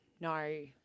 no